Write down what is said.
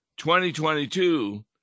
2022